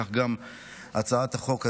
כך גם הצעת החוק הזו,